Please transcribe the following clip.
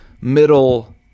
middle